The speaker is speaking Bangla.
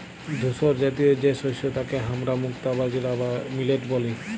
ধূসরজাতীয় যে শস্য তাকে হামরা মুক্তা বাজরা বা মিলেট ব্যলি